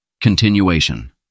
Continuation